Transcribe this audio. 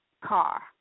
car